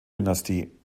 dynastie